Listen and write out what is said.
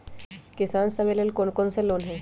किसान सवे लेल कौन कौन से लोने हई?